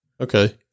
Okay